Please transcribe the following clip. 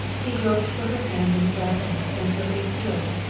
he groped for her hand in the darkness, and so they stood,